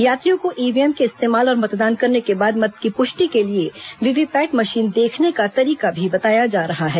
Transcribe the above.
यात्रियों को ईव्हीएम के इस्तेमाल और मतदान करने के बाद मत की पुष्टि के लिए वीवीपैट मशीन देखने का तरीका भी बताया जा रहा है